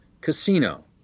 Casino